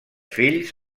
fills